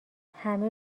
همه